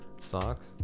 Socks